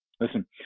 listen